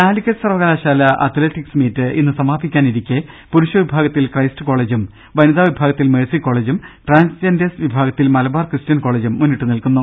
കാലിക്കറ്റ് സർവകലാശാല athletics meet ഇന്ന് സമാപിക്കാനിരിക്കെ പുരുഷ വിഭാഗത്തിൽ ക്രൈസ്റ്റ് കോളെജും വനിതാ വിഭാഗത്തിൽ മേഴ്സി കോളെജും ട്രാൻസ്ജെൻഡേഴ്സ് വിഭാഗത്തിൽ മലബാർ ക്രിസ്ത്യൻ കോളെജും മുന്നിട്ട് നിൽക്കുന്നു